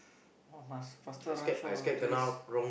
!wah! must faster rush off after this